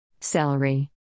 celery